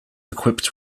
equipped